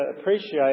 appreciate